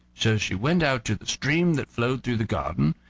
so she went out to the stream that flowed through the garden,